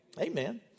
Amen